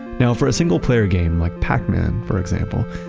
now for a single-player game like pacman, for example,